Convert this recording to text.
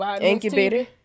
incubator